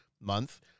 Month